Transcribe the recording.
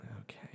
Okay